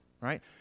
right